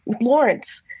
Lawrence